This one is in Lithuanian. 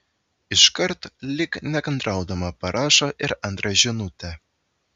iškart lyg nekantraudama parašo ir antrą žinutę